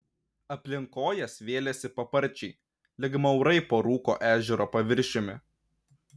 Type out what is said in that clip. aplink kojas vėlėsi paparčiai lyg maurai po rūko ežero paviršiumi